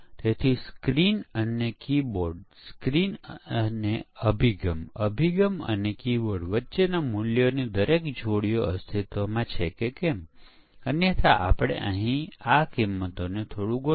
આ એક ઉદાહરણ છે જ્યાં આપણે અહી ભૂલ છે અને સિસ્ટમની ચકાસણી કરતી વખતે નિષ્ફળતાની જાણ થઈ